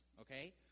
okay